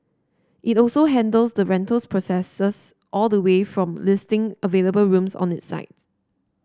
it also handles the rentals processes all the way from listing available rooms on it site